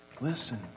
Listen